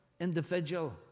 individual